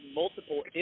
multiple